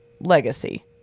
legacy